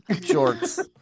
shorts